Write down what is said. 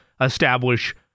establish